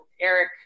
Eric